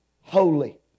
holy